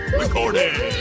recording